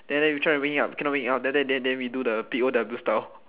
then then we try to bring it up cannot bring up then then then we do the P_O_W style